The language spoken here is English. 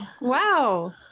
wow